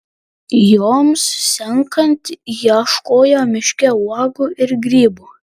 joms senkant ieškojo miške uogų ir grybų